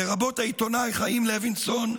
לרבות העיתונאי חיים לוינסון,